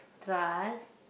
trust